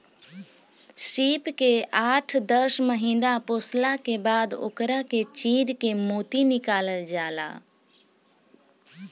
सीप के आठ दस महिना पोसला के बाद ओकरा के चीर के मोती निकालल जाला